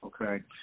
Okay